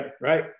right